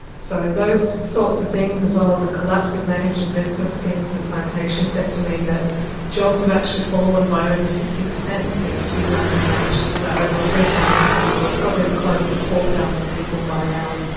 so those sorts of things, as well as a collapse of managed investment schemes in the plantation sector, mean that jobs have actually fallen by over fifty per cent since two thousand and eight. so over three thousand people, and probably closer to four thousand people by now,